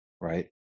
Right